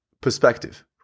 perspective